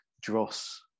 dross